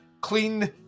Clean